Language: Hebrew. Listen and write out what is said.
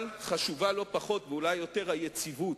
אבל חשובה לא פחות, ואולי יותר, היציבות.